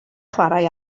chwarae